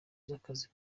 z’akazi